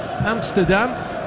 Amsterdam